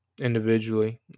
individually